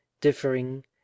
differing